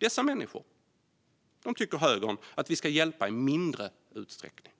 Dessa människor tycker högern att vi ska hjälpa i mindre utsträckning.